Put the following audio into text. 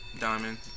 Diamond